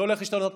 זה הולך להשתנות.